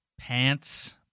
Pants